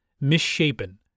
misshapen